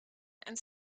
and